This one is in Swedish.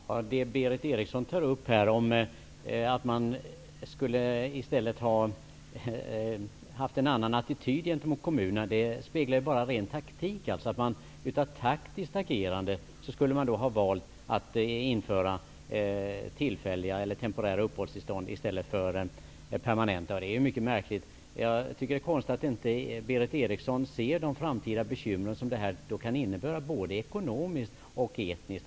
Fru talman! Det som Berith Eriksson säger om att man skulle ha haft en annan attityd gentemot kommunerna speglar bara ren taktik. Man skulle ha valt att införa tillfälliga uppehållstillstånd i stället för permanenta av taktiska skäl. Det är mycket märkligt. Jag tycker att det är konstigt att Berith Eriksson inte ser de framtida bekymmer som det kan innebära, både ekonomiskt och etniskt.